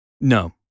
No